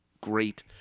great